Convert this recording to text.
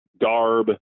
garb